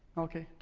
okay,